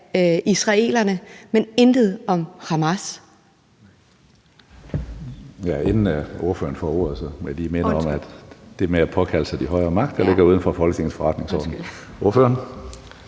(Karsten Hønge): Inden ordføreren får ordet, må jeg lige minde om, at det med at påkalde sig de højere magter ligger uden for Folketingets forretningsorden. (Charlotte